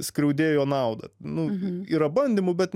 skriaudėjo naudą nu yra bandymų bet